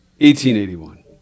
1881